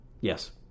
Yes